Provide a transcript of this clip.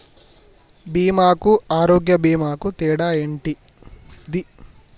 బీమా కు ఆరోగ్య బీమా కు తేడా ఏంటిది?